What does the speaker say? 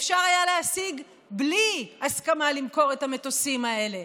אפשר היה להשיג בלי הסכמה למכור את המטוסים האלה.